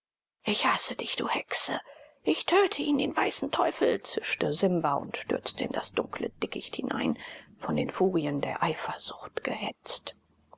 ich hasse dich du hexe ich töte ihn den weißen teufel zischte simba und stürzte in das dunkle dickicht hinein von den furien der eifersucht gehetzt